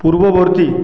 পূর্ববর্তী